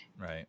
Right